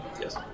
Yes